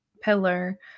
pillar